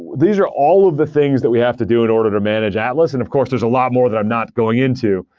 these are all of the things that we have to do in order to manage atlas. and of course, there's a lot more that i'm not going into,